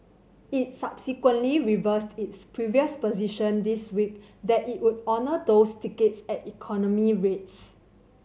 it subsequently reversed its previous position this week that it would honour those tickets at economy rates